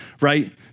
right